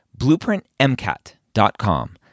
BlueprintMCAT.com